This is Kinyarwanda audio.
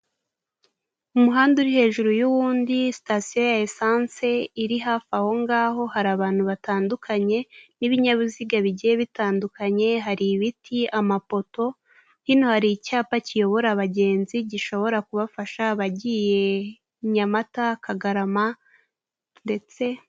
Umuhanda uri hejuru y'uwundi sitasiyo ya esanse iri hafi ahongaho, hari abantu batandukanye, n'ibinyabiziga bigiye bitandukanye, hari ibiti, amapoto. Hino hari icyapa kiyobora abagenzi gishobora kubafasha, abagiye i Nyamata Kagarama ndetse...